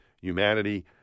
humanity